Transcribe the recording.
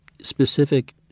specific